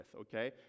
okay